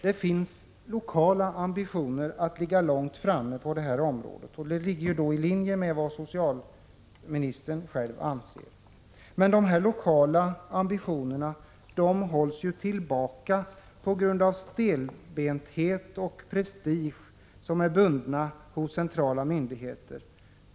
Det finns alltså lokala ambitioner att ligga långt framme på det här området, vilket är i linje med vad socialministern själv anser. Men dessa lokala ambitioner hålls tillbaka på grund av stelbenthet och prestige hos centrala myndigheter.